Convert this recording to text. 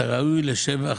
אתה ראוי לשבח.